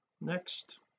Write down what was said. next